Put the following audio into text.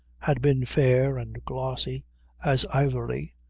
had been fair and glossy as ivory,